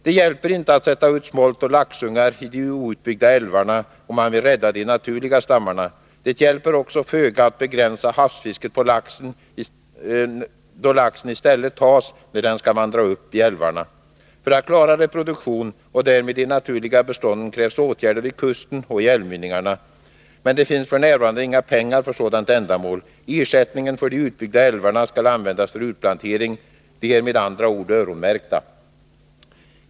Det hjälper inte att sätta ut smolt och laxungar i de utbyggda älvarna om man vill rädda de naturliga stammarna. Det hjälper också föga att begränsa havsfisket då laxen i stället tas när den skall vandra upp i älvarna. För att klara reproduktionen och därmed de naturliga bestånden krävs åtgärder vid kusten och i älvmynningarna. Men det finns f. n. inte några pengar för sådant ändamål. Ersättningen för de utbyggda älvarna skall användas för utplantering. Dessa är med andra ord öronmärkta.